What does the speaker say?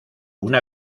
una